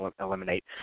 eliminate